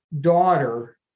daughter